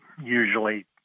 usually